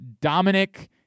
dominic